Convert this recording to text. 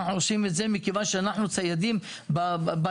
אנחנו עושים את זה מכיוון שאנחנו ציידים בדם.